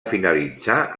finalitzar